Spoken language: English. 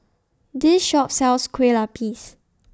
This Shop sells Kueh Lapis